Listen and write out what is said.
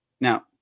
Now